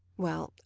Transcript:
well,